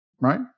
right